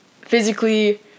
physically